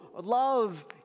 love